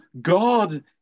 God